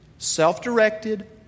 Self-directed